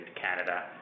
Canada